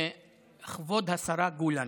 כבוד השרה גולן.